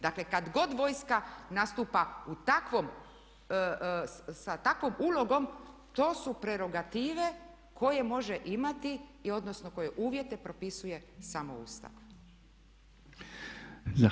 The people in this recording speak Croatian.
Dakle, kad god vojska nastupa u takvom, sa takvom ulogom to su prerogative koje može imati, odnosno koje uvjete propisuje samo Ustav.